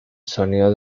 sonido